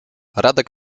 radek